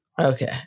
Okay